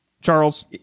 Charles